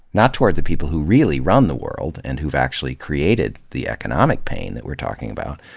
not towards the people who really run the world and who've actually created the economic pain that we're talking about,